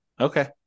Okay